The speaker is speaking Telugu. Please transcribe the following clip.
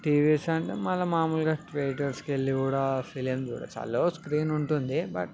టీవీస్ అంటే మళ్ళీ మామూలుగా థియేటర్స్కి వెళ్ళి కూడా ఫిలిమ్స్ చూడవచ్చు స్క్రీన్ ఉంటుంది బట్